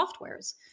softwares